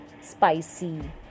spicy